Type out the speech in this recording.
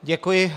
Děkuji.